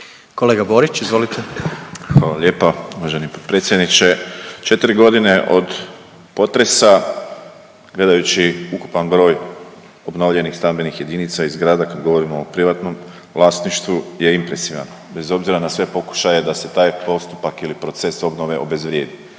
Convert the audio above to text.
**Borić, Josip (HDZ)** Hvala lijepa. Uvaženi potpredsjedniče, četiri godine od potresa, gledajući ukupan broj obnovljenih stambenih jedinica i zgrada kad govorimo o privatnom vlasništvu je impresivan, bez obzira na sve pokušaje da se taj postupak ili proces obnove obezvrijedi.